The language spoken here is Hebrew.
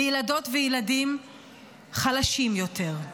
בילדות ובילדים חלשים יותר.